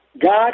God